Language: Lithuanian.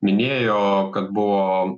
minėjo kad buvo